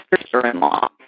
sister-in-law